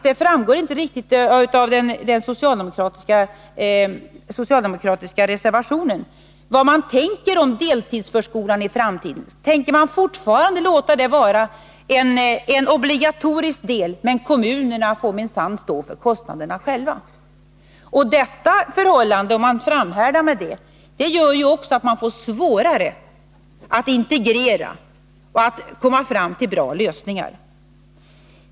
Det framgår inte riktigt av den socialdemokratiska reservationen vad socialdemokraterna har för planer när det gäller deltidsförskolan i framtiden. Tänker de fortfarande låta förskolan vara en obligatorisk del, medan kommunerna minsann får stå för kostnaderna själva? Om socialdemokraterna framhärdar med detta förhållande, får kommunerna det svårare att integrera och komma fram till bra lösningar.